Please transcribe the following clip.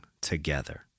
together